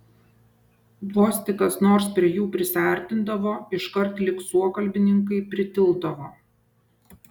vos tik kas nors prie jų prisiartindavo iškart lyg suokalbininkai pritildavo